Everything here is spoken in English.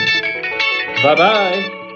Bye-bye